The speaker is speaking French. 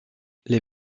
les